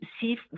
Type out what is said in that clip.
see